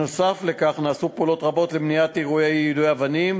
נוסף על כך נעשו פעולות רבות למניעת אירועי יידויי אבנים,